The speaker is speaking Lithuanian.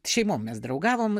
šeimom mes draugavom